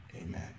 amen